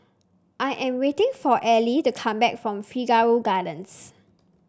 i am waiting for Ellie to come back from Figaro Gardens